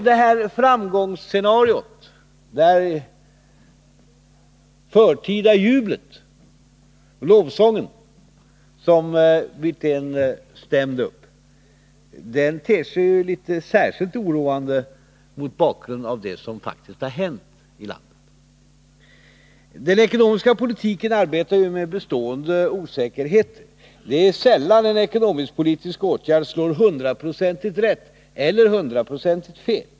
Det här framgångsscenariot och det förtida jublet och lovsången, som Rolf Wirtén stämde upp, ter sig särskilt oroande mot bakgrunden av det som faktiskt har hänt i landet. Den ekonomiska politiken arbetar med bestående osäkerheter. Det är sällan en ekonomisk-politisk åtgärd slår hundraprocentigt rätt eller hundraprocentigt fel.